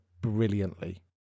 brilliantly